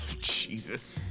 Jesus